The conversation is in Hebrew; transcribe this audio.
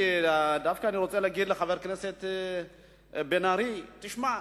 אני רוצה להגיד לחבר הכנסת בן-ארי: תשמע,